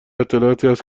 اطلاعاتی